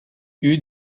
eut